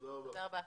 תודה רבה.